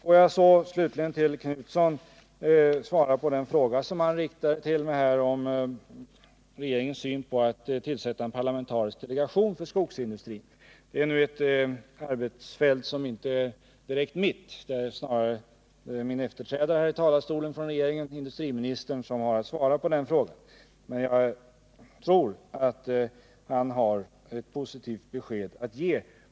Får jag slutligen till Göthe Knutson säga att den fråga han riktade till mig om regeringens syn på att tillsätta en parlamentarisk delegation för skogsindustrin, rör ett arbetsfält som inte direkt är mitt. Det är snarare min efterträdare från regeringen här i talarstolen, industriministern, som har att svara på den frågan. Men jag tror att han har ett positivt besked att ge.